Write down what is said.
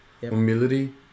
humility